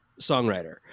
songwriter